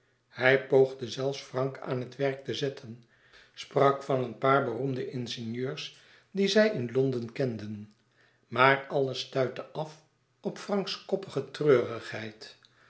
hij poogde zelfs frank aan het werk te zetten sprak van een paar beroemde ingenieurs die zij in londen kenden maar alles stuitte af op franks koppige treurigheid